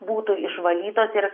būtų išvalytos ir